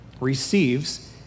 receives